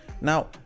Now